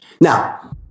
Now